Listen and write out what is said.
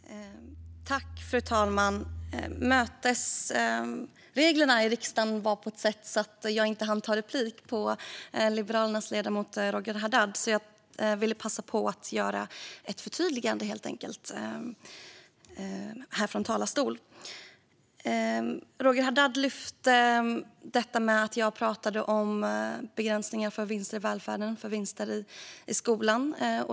Fru talman! På grund av mötesreglerna i riksdagen hann jag inte ta replik på Liberalernas ledamot Roger Haddad. Men jag vill passa på att göra ett förtydligande här i talarstolen. Roger Haddad lyfte fram att jag pratade om begränsningar av vinster i välfärden och vinster i skolan.